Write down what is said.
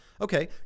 Okay